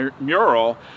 mural